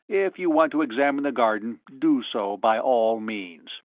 if you want to examine the garden, do so by all means.